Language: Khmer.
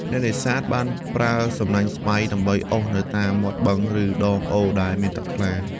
អ្នកនេសាទបានប្រើសំណាញ់ស្បៃ ដើម្បីអូសនៅតាមមាត់បឹង ឬដងអូរដែលមានទឹកថ្លា។